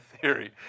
theory